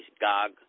Gog